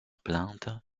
plainte